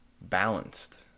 balanced